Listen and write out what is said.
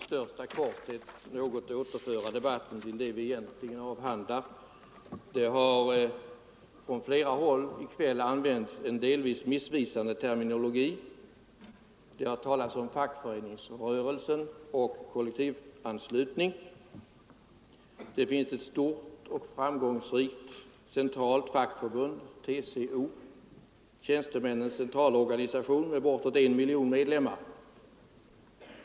Herr talman! Jag vill i all blygsamhet och i största korthet försöka återföra debatten till det vi egentligen avhandlar. Från flera håll har man i kväll använt en delvis missvisande terminologi. Det har talats om fackföreningsrörelsen och kollektivanslutningen. Det finns ett stort och framgångsrikt centralt fackförbund, nämligen TCO -—- Tjänstemännens centralorganisation — med bortåt en miljon medlemmar.